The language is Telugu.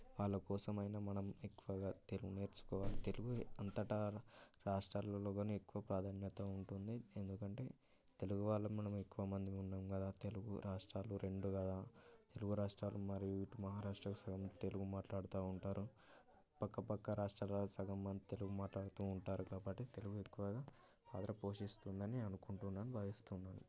వాళ్ళ కోసం అయినా మనం ఎక్కువగా తెలుగు నేర్చుకోవాలి తెలుగు అంతటా రాష్ట్రాలలో కానీ ఎక్కువ ప్రాధాన్యత ఉంటుంది ఎందుకంటే తెలుగు వాళ్ళు మనం ఎక్కువమంది ఉన్నాం కదా తెలుగు రాష్ట్రాలు రెండు కదా తెలుగు రాష్ట్రాలు మరియు ఇటు మహారాష్ట్రస్ కానీ తెలుగు మాట్లాడతు ఉంటారు పక్కపక్క రాష్ట్రాలలో సగం మంది తెలుగు మాట్లాడుతు ఉంటారు కాబట్టి తెలుగు ఎక్కువగా పాత్ర పోషిస్తుందని అనుకుంటున్నాను భావిస్తున్నాను